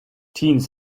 teens